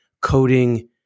coding